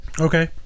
Okay